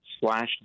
slash